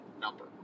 number